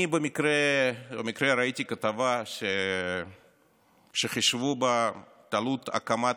אני במקרה ראיתי כתבה שחישבו בה את עלות הקמת